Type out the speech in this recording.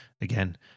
Again